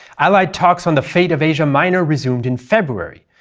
allied talks on the fate of asia minor resumed in february,